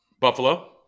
Buffalo